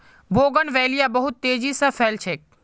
bougainvillea बहुत तेजी स फैल छेक